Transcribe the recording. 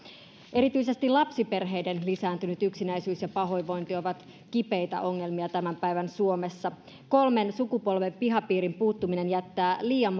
erityisesti lapsiperheiden lisääntynyt yksinäisyys ja pahoinvointi ovat kipeitä ongelmia tämän päivän suomessa kolmen sukupolven pihapiirin puuttuminen jättää liian